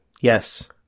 Yes